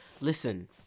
Listen